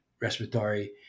respiratory